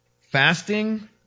Fasting